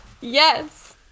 Yes